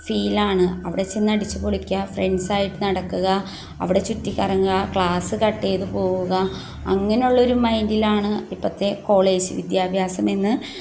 ഫീലാണ് അവിടെ ചെന്നടിച്ചുപൊളിക്കുക ഫ്രണ്ട്സായിട്ട് നടക്കുക അവിടെ ചുറ്റിക്കറങ്ങുക ക്ലാസ്സ് കട്ട് ചെയ്ത് പോവുക അങ്ങനെയുള്ളൊരു മൈൻഡിലാണ് ഇപ്പോഴത്തെ കോളേജ് വിദ്യാഭ്യാസമെന്ന്